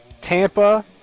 tampa